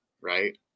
right